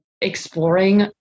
exploring